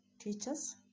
teachers